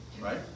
right